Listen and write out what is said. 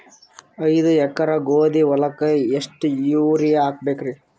ಐದ ಎಕರಿ ಗೋಧಿ ಹೊಲಕ್ಕ ಎಷ್ಟ ಯೂರಿಯಹಾಕಬೆಕ್ರಿ?